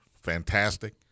Fantastic